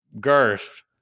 Girth